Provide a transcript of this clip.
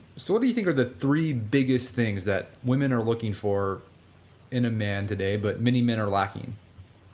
so what do you think are the three biggest things that women are looking for in a man today but many men are lacking?